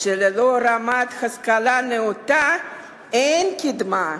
שללא רמת השכלה נאותה אין קדמה,